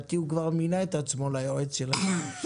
לדעתי הוא כבר מינה את עצמו ליועץ שלכם.